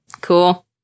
Cool